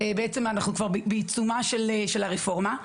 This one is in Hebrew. אנחנו בעצם כבר בעיצומה של הרפורמה,